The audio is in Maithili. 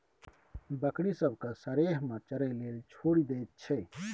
बकरी सब केँ सरेह मे चरय लेल छोड़ि दैत छै